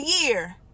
year